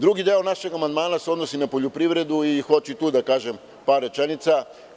Drugi deo našeg amandmana se odnosi na poljoprivredu, hoću i tu da kažem par rečenica.